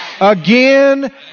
Again